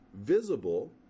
visible